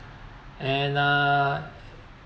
and uh